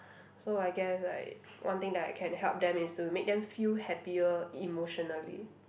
so I guess like one thing that I can help them is to make them feel happier emotionally